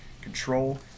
control